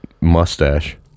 mustache